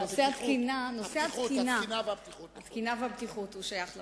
נושא התקינה והבטיחות שייך למשרד.